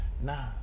nah